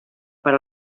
per